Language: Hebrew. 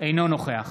אינו נוכח